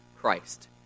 Christ